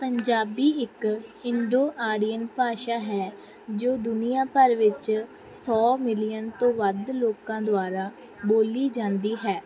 ਪੰਜਾਬੀ ਇੱਕ Indo Aryan ਭਾਸ਼ਾ ਹੈ ਜੋ ਦੁਨੀਆਂ ਭਰ ਵਿੱਚ ਸੌ ਮਿਲੀਅਨ ਤੋਂ ਵੱਧ ਲੋਕਾਂ ਦੁਆਰਾ ਬੋਲੀ ਜਾਂਦੀ ਹੈ